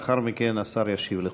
לאחר מכן השר ישיב לכולם.